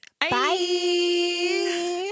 Bye